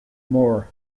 moore